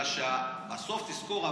בסוף תזכור,